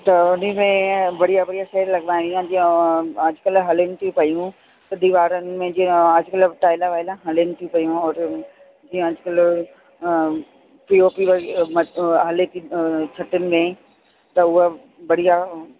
त हुन में बढ़िया बढ़िया शइ लॻाइणी आहे जीअं अॼुकल्ह हलेनि थी पेयूं त दीवारनि में जीअं अॼुकल्ह टाइला वाइला हलेनि थी पेयूं और जीअं अॼुकल्ह पी ओ पी मथां हले थी छतनि में त उहा बढ़िया